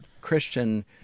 christian